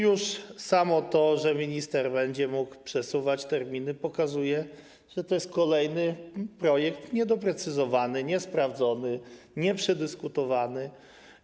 Już samo to, że minister będzie mógł przesuwać terminy, pokazuje, że to jest kolejny projekt niedoprecyzowany, niesprawdzony, nieprzedyskutowany.